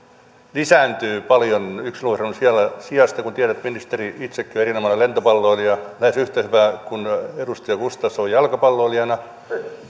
lisääntyy paljon yksilöurheilun sijasta kuten tiedätte ministeri itsekin on erinomainen lentopalloilija lähes yhtä hyvä kuin edustaja gustafsson jalkapalloilijana